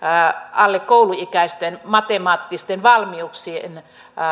alle kouluikäisten matemaattisten valmiuksien